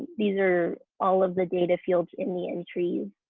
these are all of the data fields in the entries.